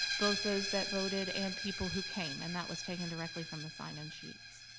both those that voted and people who came. and that was taken directly from the sign in sheets.